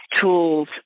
tools